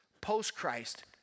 Post-Christ